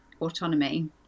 autonomy